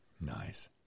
Nice